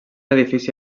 edifici